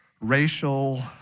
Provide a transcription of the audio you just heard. racial